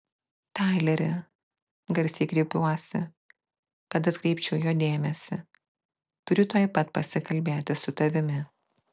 taileri garsiai kreipiuosi kad atkreipčiau jo dėmesį turiu tuoj pat pasikalbėti su tavimi